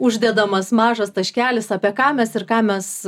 uždedamas mažas taškelis apie ką mes ir ką mes